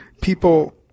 people